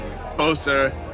poster